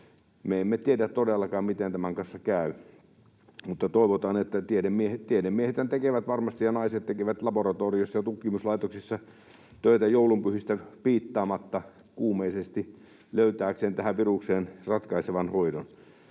emme tiedä todellakaan, miten tämän kanssa käy, mutta toivotaan. Tiedemiehet ja ‑naisethan tekevät varmasti laboratorioissa ja tutkimuslaitoksissa kuumeisesti töitä joulunpyhistä piittaamatta löytääkseen tähän virukseen ratkaisevan hoidon